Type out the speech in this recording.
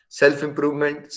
self-improvement